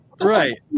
Right